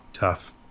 tough